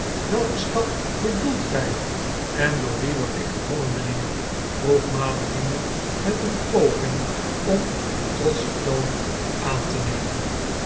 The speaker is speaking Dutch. welken stap bedoelt gij en door wien word ik gedwongen mijnheer vrpeg madeline met een poging om een trotschen toon aan te nemen